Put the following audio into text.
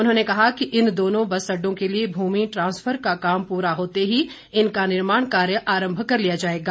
उन्होंने कहा कि इन दोनों बस अड्डों के लिए भूमि ट्रांसफर का काम पूरा होते ही इनका निर्माण कार्य आरंभ कर लिया जाएगा